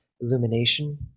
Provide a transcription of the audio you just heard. illumination